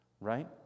right